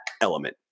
element